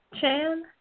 Chan